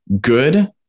good